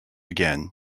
again